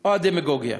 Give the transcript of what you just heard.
או הדמגוגיה?